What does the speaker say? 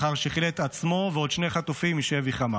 לאחר שחילץ את עצמו ועוד שני חטופים משבי חמאס.